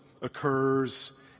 occurs